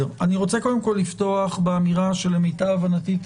למיטב הבנתי,